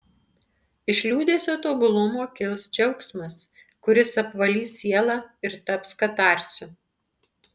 iš liūdesio tobulumo kils džiaugsmas kuris apvalys sielą ir taps katarsiu